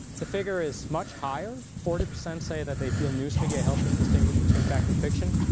the figure is much higher. forty percent say that they feel news media helped them distinguish between fact and fiction.